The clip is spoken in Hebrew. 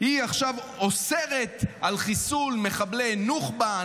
היא עכשיו אוסרת על חיסול מחבלי נוח'בה,